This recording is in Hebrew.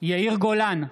יאיר גולן,